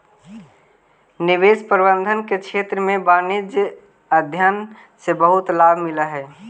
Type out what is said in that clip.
निवेश प्रबंधन के क्षेत्र में वाणिज्यिक अध्ययन से बहुत लाभ मिलऽ हई